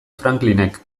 franklinek